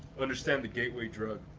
understand the gateway drug.